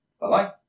Bye-bye